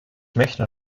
möchte